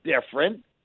different